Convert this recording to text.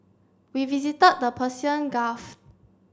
we visited the Persian Gulf